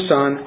Son